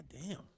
goddamn